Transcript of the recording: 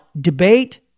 debate